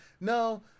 no